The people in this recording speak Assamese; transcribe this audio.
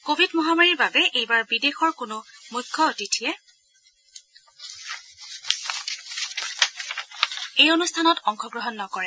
কভিড মহামাৰীৰ বাবে এইবাৰ বিদেশৰ কোনো মুখ্য অতিথিয়ে এই অনুষ্ঠানত অংশগ্ৰহণ নকৰে